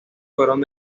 fueron